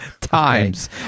times